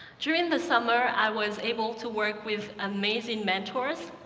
during the summer, i was able to work with amazing mentors,